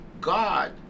God